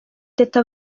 teta